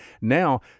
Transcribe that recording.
Now